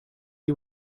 you